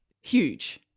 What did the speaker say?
huge